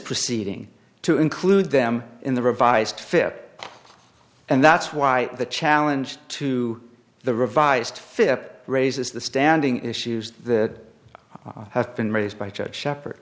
proceeding to include them in the revised fip and that's why the challenge to the revised fip raises the standing issues that have been raised by judge shepherd